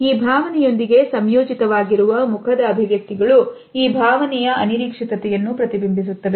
ಈ ಭಾವನೆಯೊಂದಿಗೆ ಸಂಯೋಜಿತ ವಾಗಿರುವ ಮುಖದ ಅಭಿವ್ಯಕ್ತಿಗಳು ಈ ಭಾವನೆಯ ಅನಿರೀಕ್ಷಿತತೆಯನ್ನು ಪ್ರತಿಬಿಂಬಸುತ್ತವೆ